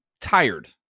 tired